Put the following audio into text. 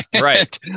Right